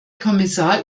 kommissar